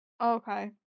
Okay